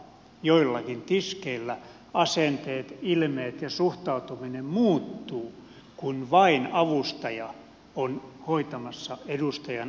joillakin tiskeillä asenteet ilmeet ja suhtautuminen muuttuvat kun vain avustaja on hoitamassa edustajan asioita